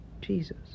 Jesus